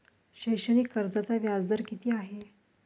शैक्षणिक कर्जाचा व्याजदर किती आहे?